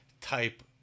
type